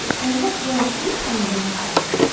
and look there are two suns in the sky.